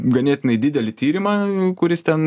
ganėtinai didelį tyrimą kuris ten